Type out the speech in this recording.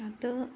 അത്